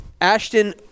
Ashton